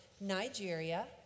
Nigeria